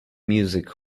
music